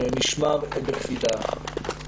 נשמר בקפידה.